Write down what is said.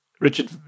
Richard